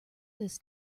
this